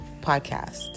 podcast